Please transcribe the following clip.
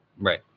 Right